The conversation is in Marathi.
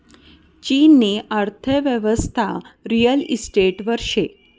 चीननी अर्थयेवस्था रिअल इशटेटवर शे